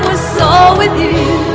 soar with you,